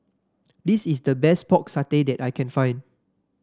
this is the best Pork Satay that I can find